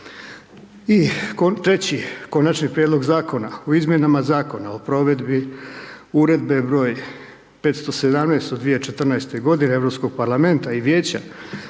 I treći, Konačni prijedlog Zakona o izmjenama Zakona o provedbi Uredbe broj 517. od 2014. godine Europskog parlamenta i Vijeća